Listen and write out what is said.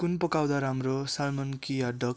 कुन पकाउँदा राम्रो सालमन कि ह्याड डक